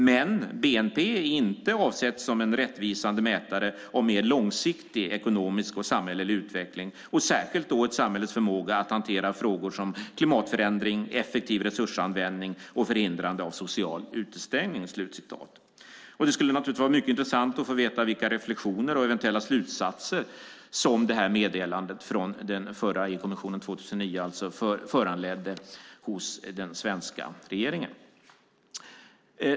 Men BNP är inte avsett som en rättvisande mätare av mer långsiktig ekonomisk och samhällelig utveckling, och särskilt då ett samhälles förmåga att hantera frågor som klimatförändring, effektiv resursanvändning och förhindrande av social utestängning." Det skulle naturligtvis vara mycket intressant att få veta vilka reflexioner och eventuella slutsatser som detta meddelande från den förra EU-kommissionen, alltså 2009, föranledde hos den svenska regeringen.